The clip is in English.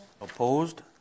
Opposed